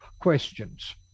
questions